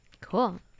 Cool